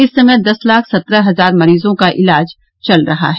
इस समय दस लाख सत्रह हजार मरीजों का इलाज चल रहा है